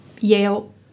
Yale